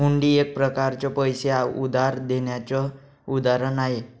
हुंडी एक प्रकारच पैसे उधार घेण्याचं उदाहरण आहे